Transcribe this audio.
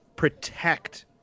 protect